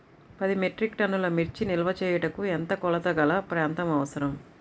పది మెట్రిక్ టన్నుల మిర్చి నిల్వ చేయుటకు ఎంత కోలతగల ప్రాంతం అవసరం?